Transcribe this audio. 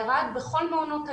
ירד בכל מעונות היום.